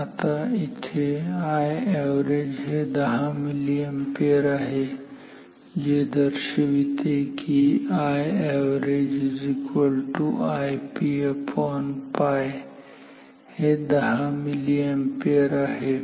आता इथे Iaverage हे 10 मिली अॅम्पियर आहे जे दर्शविते की Iavg Ip𝜋 हे 10 मिली अॅम्पियर आहे